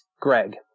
Greg